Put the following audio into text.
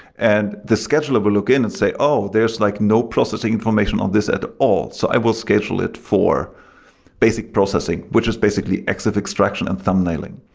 and the scheduler will look in and say, oh, there's like no processing information on this at all. so i will schedule it for basic processing, which is basically exif extraction and thumbnailing.